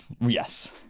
yes